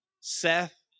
Seth